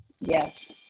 Yes